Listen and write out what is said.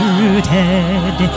rooted